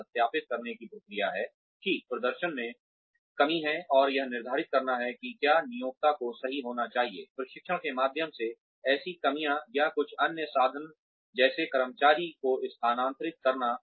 यह सत्यापित करने की प्रक्रिया है कि प्रदर्शन में कमी है और यह निर्धारित करना है कि क्या नियोक्ता को सही होना चाहिए प्रशिक्षण के माध्यम से ऐसी कमियाँ या कुछ अन्य साधन जैसे कर्मचारी को स्थानांतरित करना